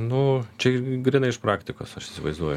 nu čia grynai iš praktikos aš įsivaizduoju